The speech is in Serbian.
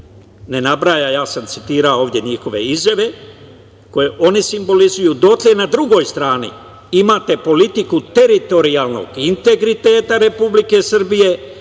ne nabrajam, ja sam citirao ovde njihove izjave koje oni simbolizuju, dotle, na drugoj strani imate politiku teritorijalnog integriteta Republike Srbije,